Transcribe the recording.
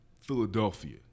Philadelphia